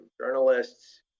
journalists